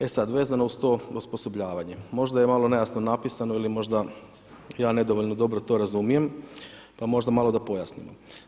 E sad, vezano uz to osposobljavanje možda je malo nejasno napisano, ili možda ja nedovoljno dobro to razumijem pa možda malo da pojasnimo.